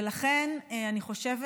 ולכן אני חושבת,